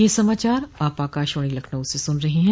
ब्रे क यह समाचार आप आकाशवाणी लखनऊ से सुन रहे हैं